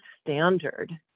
standard